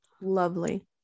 lovely